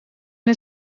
het